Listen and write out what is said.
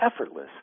effortless